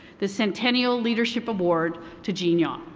the centennial leadership award to gene yaw. um